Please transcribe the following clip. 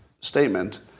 statement